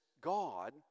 God